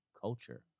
culture